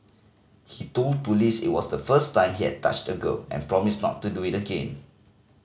he told police it was the first time he had touched a girl and promised not to do it again